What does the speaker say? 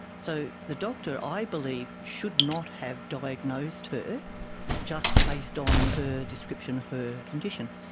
so the doctor, i believe, should not have diagnosed her just based on her description of her condition.